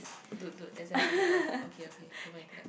to to that sounds similar okay okay human intellect